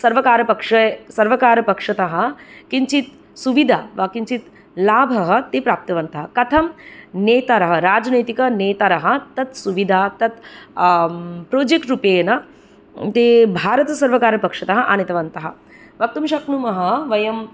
सर्वकारपक्ष सर्वकारपक्षतः किञ्चिद् सुविदा वा किञ्चिद् लाभः ते प्राप्तवन्तः कथम् नेतारः राजनैतिकनेतारः तत् सुविधा तत् प्रोजेक्ट् रूपेण ते भारतसर्वकारपक्षतः आनीतवन्तः वक्तुं शक्नुमः वयं